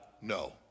no